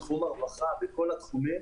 בתחום הרווחה ובכל התחומים.